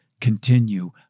continue